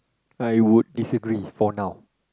I would disagree for now